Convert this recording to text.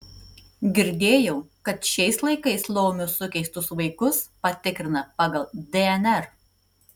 girdėjau kad šiais laikais laumių sukeistus vaikus patikrina pagal dnr